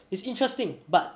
it's interesting but